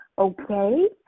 Okay